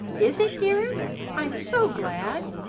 is it, dearest? i'm so glad!